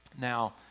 now